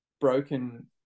broken